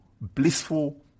blissful